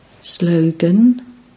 Slogan